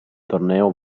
torneo